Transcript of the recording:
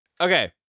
Okay